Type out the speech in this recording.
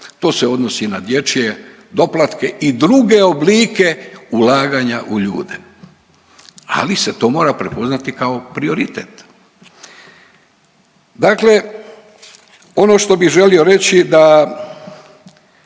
to se odnosi i na dječje doplatke i druge oblike ulaganja u ljude. Ali se to mora prepoznati kao prioritet. Dakle ono što bih želio reći da